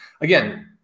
again